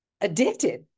addicted